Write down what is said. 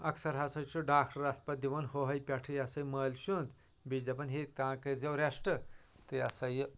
اکثر ہَسا چھُ ڈاکٹر اَتھ پَتہٕ دِوان ہُہ ہَے پٮ۪ٹھٕ یِہ ہسا یہِ مٲلشہِ ہُنٛد بیٚیہِ چھِ دَپان ہے تانۍ کٔرۍ زٮ۪و ریٚسٹ تہٕ یِہ ہسا یہِ